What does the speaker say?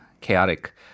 chaotic